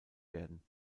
werden